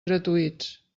gratuïts